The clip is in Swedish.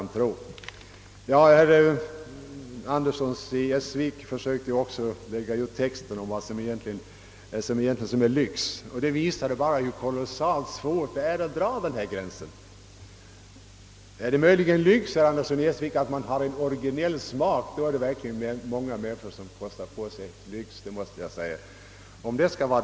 Herr Andersson i Essvik försökte att lägga ut texten om vad som egentligen är lyx, men hans utläggning visade bara hur svår denna gräns är att dra. är det verkligen lyx, herr Andersson i Essvik, att ha en orginell smak? Om detta skall vara avgörande, är det många som kostar på sig lyx.